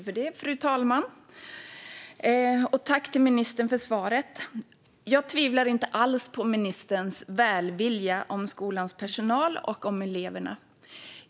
Fru talman! Jag tackar ministern för detta svar. Jag tvivlar inte alls på ministerns välvilja när det gäller skolans personal och eleverna.